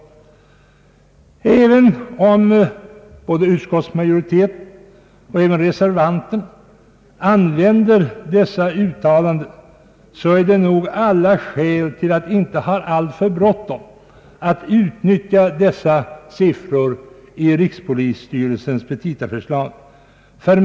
även om både utskottsmajoritet och reservanter använder dessa uttalanden finns det skäl att inte ha alltför bråttom att utnyttja siffrorna i rikspolisstyrelsens petita.